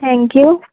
thank you